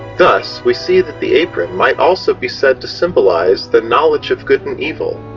thus we see that the apron might also be said to symbolize the knowledge of good and evil,